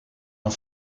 een